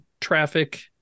Traffic